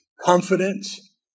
confidence